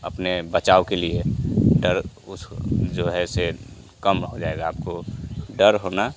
अपने बचाव के लिए डर उस जो है ऐसे कम हो जाएगा आपको डर होना